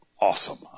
Awesome